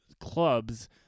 clubs